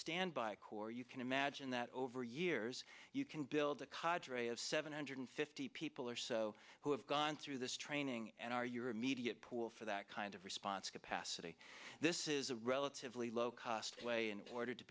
standby corps you can imagine that over years you can build a codger way of seven hundred fifty people or so who have gone through this training and are your immediate pool for that kind of response capacity this is a relatively low cost way in order to